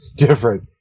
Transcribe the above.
different